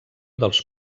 dels